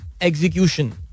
execution